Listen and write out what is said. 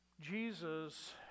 Jesus